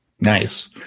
Nice